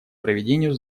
проведению